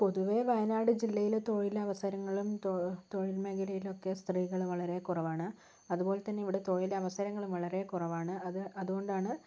പൊതുവെ വയനാട് ജില്ലയില് തൊഴിലവസരങ്ങളും തൊഴിൽ മേഖലയിലൊക്കെ സ്ത്രീകള് വളരെ കുറവാണ് അതുപ്പോലെതന്നെ ഇവിടെ തൊഴിലവസരങ്ങളും വളരേ കുറവാണ് അത് അതുകൊണ്ടാണ്